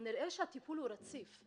ננסה להקדים את זה למחר בבוקר,